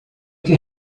que